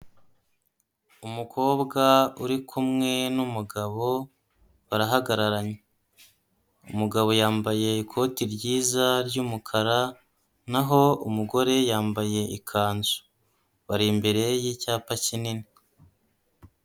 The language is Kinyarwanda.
Umukobwa uri kumwe n'umugabo barahagara, umugabo yambaye ikoti ryiza ry'umukara naho umugore yambaye ikanzu, bari imbere y'icyapa kinini.